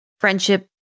friendship